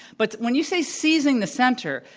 but when you say seizing the center,